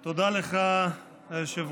ביקשנו להירשם מהבוקר, תודה לך, היושב-ראש.